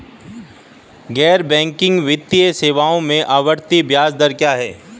गैर बैंकिंग वित्तीय सेवाओं में आवर्ती ब्याज दर क्या है?